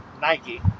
Nike